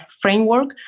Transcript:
framework